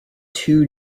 two